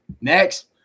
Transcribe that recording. Next